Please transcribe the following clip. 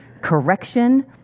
correction